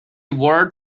word